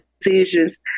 decisions